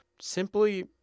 simply